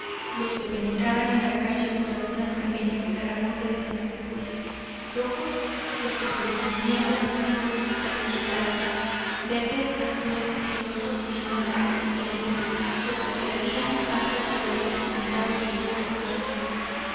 los que penetraban de la calle por algunas pequeñas claraboyas de la cúpula rojos los que se desprendían de los cirios de los retablos verdes azules y de otros cien matices diferentes los que se abrían paso a través de los pintados vidrios de las rosetas